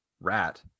rat